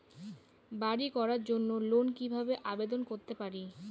বাড়ি করার জন্য লোন কিভাবে আবেদন করতে পারি?